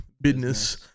Business